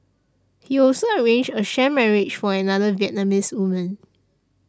he also arranged a sham marriage for another Vietnamese woman